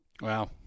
Wow